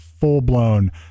full-blown